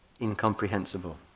incomprehensible